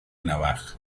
navaja